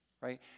right